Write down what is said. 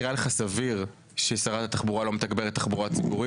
זה נראה לך סביר ששרת התחבורה לא מתגברת תחבורה ציבורית?